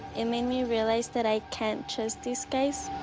it made me realize that i can't trust these guys.